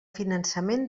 finançament